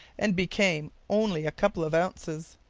and became only a couple of ounces.